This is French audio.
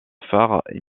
phares